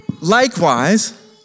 likewise